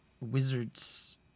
wizard's